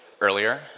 earlier